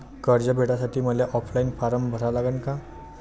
कर्ज भेटासाठी मले ऑफलाईन फारम भरा लागन का?